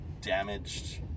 damaged